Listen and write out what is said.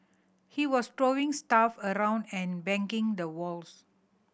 he was throwing stuff around and banging the walls